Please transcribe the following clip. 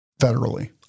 federally